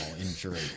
injury